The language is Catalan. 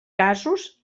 casos